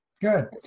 Good